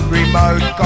remote